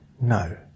No